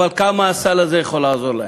אבל כמה הסל הזה יכול לעזור להם?